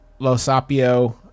losapio